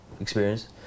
experience